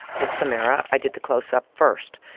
with samira, i did the close-up first.